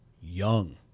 young